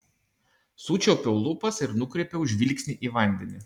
sučiaupiau lūpas ir nukreipiau žvilgsnį į vandenį